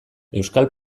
euskal